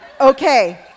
Okay